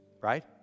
right